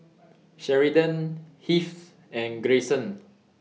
Sheridan Heath and Grayson